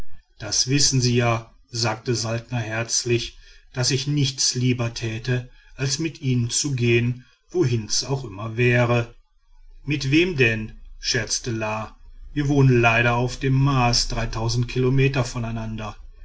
das wissen sie ja sagte saltner herzlich daß ich nichts lieber täte als mit ihnen zu gehen wohin's auch immer wäre mit wem denn scherzte la wir wohnen leider auf dem mars dreitausend kilometer voneinander